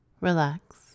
relax